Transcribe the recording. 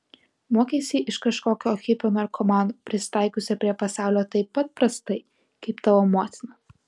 mokeisi iš kažkokio hipio narkomano prisitaikiusio prie pasaulio taip pat prastai kaip tavo motina